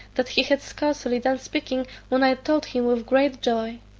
that he had scarcely done speaking, when i told him with great joy,